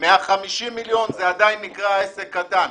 150 מיליון שקלים זה עדיין נקרא עסק קטן.